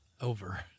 over